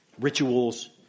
rituals